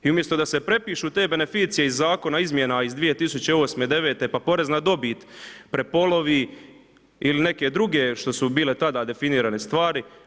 I umjesto da se prepišu te beneficije iz zakona o izmjenama iz 2008., 2009. pa porez na dobit prepolovi ili neke druge što su bile tada definirane stvari.